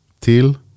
till